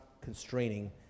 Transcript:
constraining